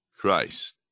Christ